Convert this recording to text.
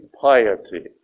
piety